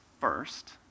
first